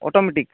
automatic